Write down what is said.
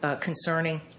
concerning